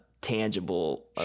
tangible